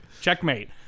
Checkmate